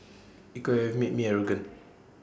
IT could have made me arrogant